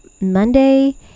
Monday